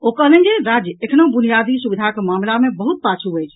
ओ कहलनि जे राज्य एखनहूं बुनियादी सुविधाक मामिला मे बहुत पाछू अछि